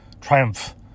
triumph